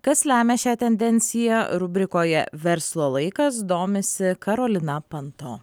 kas lemia šią tendenciją rubrikoje verslo laikas domisi karolina panto